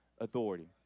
authority